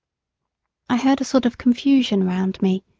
i heard a sort of confusion round me,